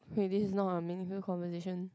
wait this is not a meaningful conversation